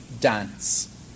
dance